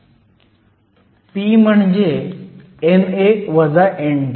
p म्हणजे NA ND